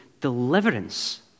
deliverance